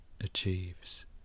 achieves